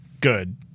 good